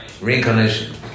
Reincarnation